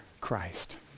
Christ